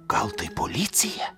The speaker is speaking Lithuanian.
gal tai policija